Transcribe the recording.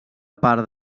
part